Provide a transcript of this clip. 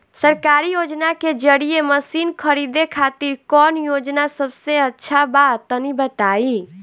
सरकारी योजना के जरिए मशीन खरीदे खातिर कौन योजना सबसे अच्छा बा तनि बताई?